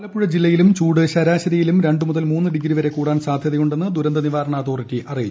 ആലപ്പുഴ ജില്ലയിലും ചൂട് ശ്രീരാശരിയിലും രണ്ട് മുതൽ മൂന്ന് ഡിഗ്രി വരെ കൂടാൻ സ്കൂർ്യതയുണ്ടെന്ന് ദുരന്ത നിവാരണ അതോറിറ്റി അറിയിച്ചു